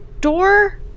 door